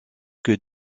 que